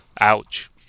Ouch